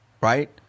Right